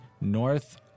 north